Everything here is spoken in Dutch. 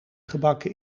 gebakken